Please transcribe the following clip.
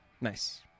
Nice